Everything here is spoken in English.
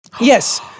yes